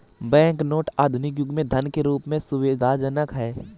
bank note आधुनिक युग में धन के रूप में सुविधाजनक हैं